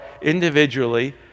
individually